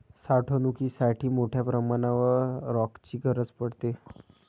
साठवणुकीसाठी मोठ्या प्रमाणावर रॅकची गरज पडते